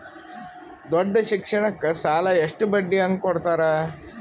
ದೊಡ್ಡ ಶಿಕ್ಷಣಕ್ಕ ಸಾಲ ಎಷ್ಟ ಬಡ್ಡಿ ಹಂಗ ಕೊಡ್ತಾರ?